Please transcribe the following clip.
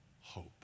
hope